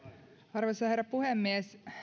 arvoisa herra puhemies